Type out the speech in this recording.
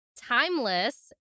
Timeless